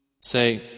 Say